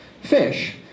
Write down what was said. fish